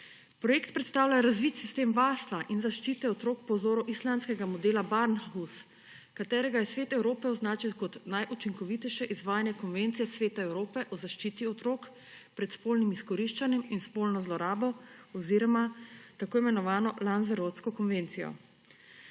Projekt predstavlja razvit sistem varstva in zaščite otrok po vzoru islandskega modela Barnahus, ki ga je Svet Evrope označil kot najučinkovitejše izvajanje Konvencije Sveta Evrope o zaščiti otrok pred spolnim izkoriščanjem in spolno zlorabo oziroma tako imenovano Lanzerotsko konvencijo.